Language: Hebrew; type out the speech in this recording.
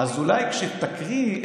אני מבקש שתקריאי.